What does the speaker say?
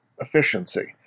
efficiency